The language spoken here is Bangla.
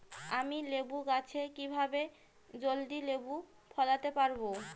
আমি লেবু গাছে কিভাবে জলদি লেবু ফলাতে পরাবো?